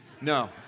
No